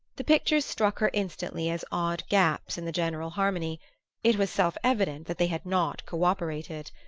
the pictures struck her instantly as odd gaps in the general harmony it was self-evident that they had not co-operated.